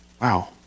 Wow